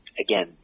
again